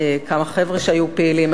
כמה חבר'ה שהיו פעילים.